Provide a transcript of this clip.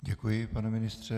Děkuji, pane ministře.